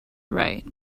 right